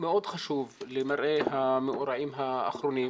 מאוד חשוב למראה המאורעות האחרונים.